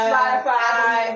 Spotify